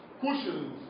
cushions